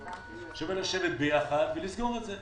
שווה לשבת ביחד ולסגור את זה.